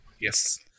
Yes